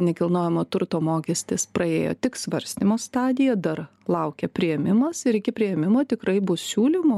nekilnojamo turto mokestis praėjo tik svarstymo stadiją dar laukia priėmimas ir iki priėmimo tikrai bus siūlymų